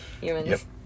humans